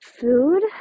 food